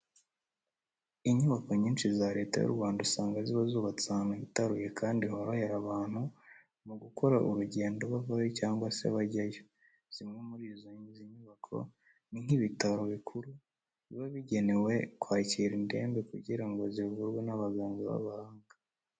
Inyubako nyinshi za Leta y'u Rwanda usanga ziba zubatse ahantu hitaruye kandi horohera abantu mu gukora urugendo bavayo cyangwa se bajyayo. Zimwe muri izi nyubako ni nk'ibitaro bikuru, biba bigenewe kwakira indembe kugira ngo zivurwe n'abaganga b'abahanga.